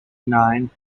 nine